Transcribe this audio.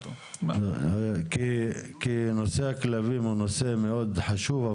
כי נושא הכלבים הוא נושא מאוד חשוב,